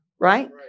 Right